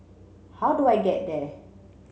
how do I get there